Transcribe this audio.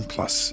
Plus